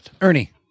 ernie